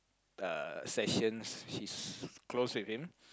uh sessions she's close with him